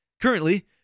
Currently